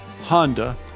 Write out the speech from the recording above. Honda